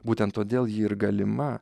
būtent todėl ji ir galima